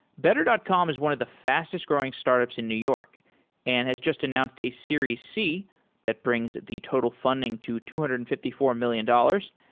better dot com is one of the fastest growing startups in new york and has just announced a series c that brings the total funding to two hundred and fifty four million dollars.